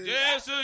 Yes